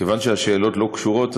כיוון שהשאלות לא קשורות,